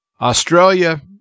Australia